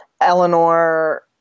Eleanor